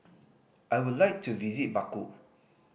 I would like to visit Baku